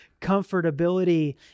comfortability